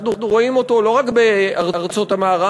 אנחנו רואים אותו לא רק בארצות המערב,